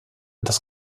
das